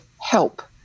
help